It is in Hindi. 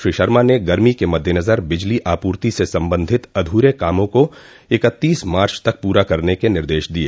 श्री शर्मा ने गर्मी के मददेनज़र बिजली आपूर्ति से सम्बन्धित अधूरे कामों को इकत्तीस मार्च तक पूरा करने के निर्देश दिये